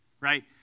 right